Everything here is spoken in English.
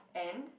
and